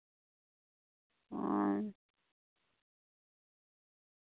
ᱚ